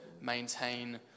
maintain